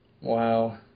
wow